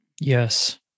Yes